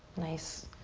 nice,